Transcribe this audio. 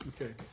Okay